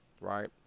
right